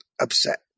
upset